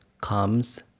comes